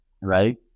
right